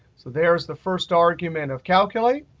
so there is the first argument of calculate.